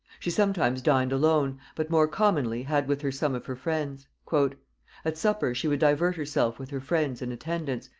she sometimes dined alone, but more commonly had with her some of her friends. at supper she would divert herself with her friends and attendants,